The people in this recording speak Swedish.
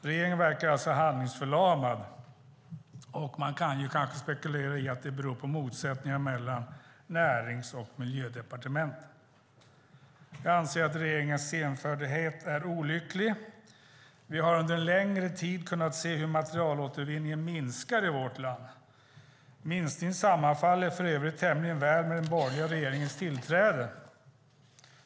Regeringen verkar handlingsförlamad, och man kan spekulera i att det beror på motsättningar mellan Närings och Miljödepartementen. Regeringens senfärdighet är olycklig. Vi har under en längre tid kunnat se hur materialåtervinningen minskar i vårt land. Minskningen sammanfaller för övrigt tämligen väl med den borgerliga regeringens tillträde.